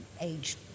age